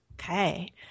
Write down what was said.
Okay